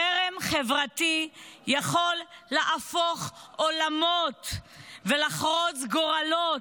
חרם חברתי יכול להפוך עולמות ולחרוץ גורלות,